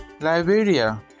Liberia